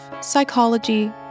psychology